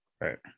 Right